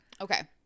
Okay